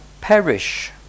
perish